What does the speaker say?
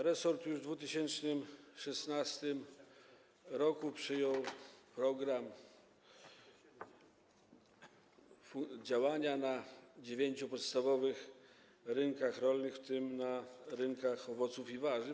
Resort już w 2016 r. przyjął program działania na dziewięciu podstawowych rynkach rolnych, w tym na rynkach owoców i warzyw.